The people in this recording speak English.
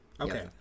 Okay